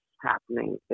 happening